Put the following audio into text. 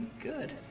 good